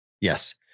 Yes